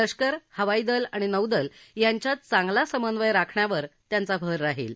लष्कर हवाईदल आणि नौदल यांच्यात चांगला समन्वय राखण्यावर त्यांचा भर राहील